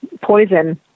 Poison